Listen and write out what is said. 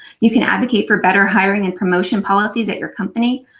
you can advocate for better hiring and promotion policies at your company,